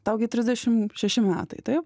tau gi trisdešim šeši metai taip